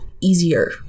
easier